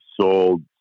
sold